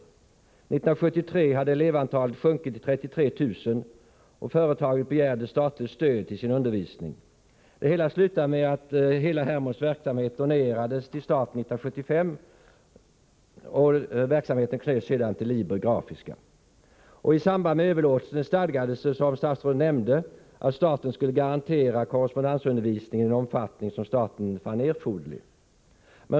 1973 hade elevantalet sjunkit till 33 000, och företaget begärde statligt stöd till sin undervisning. Det hela slutade med att Hermods verksamhet donerades till staten 1975. Verksamheten knöts sedan till Liber Grafiska AB. skulle garantera korrespondensundervisning i den omfattning som staten fann erforderlig.